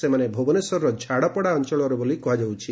ସେମାନେ ଭୁବନେଶ୍ୱରର ଝାରପଡ଼ା ଅଞ୍ଚଳର ବୋଲି କୁହାଯାଉଛି